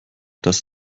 dass